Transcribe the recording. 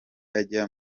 ajya